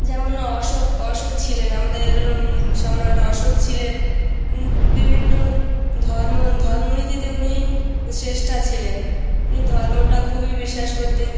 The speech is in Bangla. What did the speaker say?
যেমন অশোক অশোক ছিলেন আমাদের সম্রাট অশোক ছিলেন বিভিন্ন ধর্ম ধর্মনীতিতে উনি শ্রেষ্ঠ ছিলেন উনি ধর্মটা খুবই বিশ্বাস করতেন